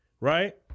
Right